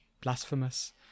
blasphemous